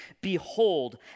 behold